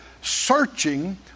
searching